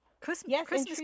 Christmas